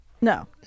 No